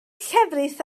llefrith